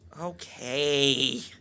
Okay